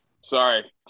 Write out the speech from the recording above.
sorry